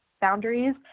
boundaries